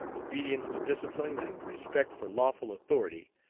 obedience to discipline, and respect for lawful authority,